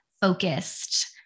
focused